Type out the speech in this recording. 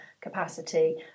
capacity